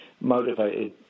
motivated